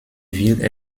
wird